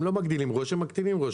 הם לא מגדילים ראש, הם מקטינים ראש.